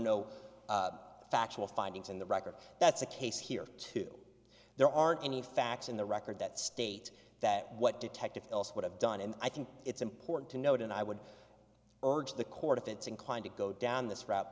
no factual findings in the record that's the case here too there aren't any facts in the record that state that what detective else would have done and i think it's important to note and i would urge the court if it's inclined to go down this r